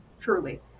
Truly